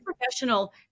professional